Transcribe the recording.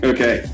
Okay